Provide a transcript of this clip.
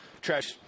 Trash